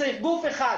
צריך גוף אחד,